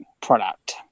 product